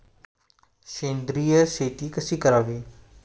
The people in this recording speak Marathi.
सेंद्रिय शेती कशी करावी?